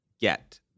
get